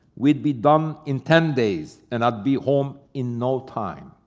we'd be done in ten days, and i'd be home in no time.